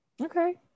Okay